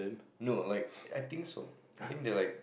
no like I think so I think they are like